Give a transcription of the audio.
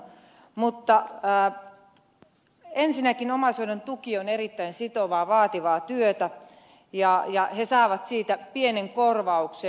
mutta ensinnäkin omaishoito on erittäin sitovaa vaativaa työtä ja omaishoitajat saavat siitä pienen korvauksen